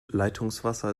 leitungswasser